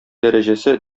дәрәҗәсе